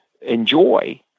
enjoy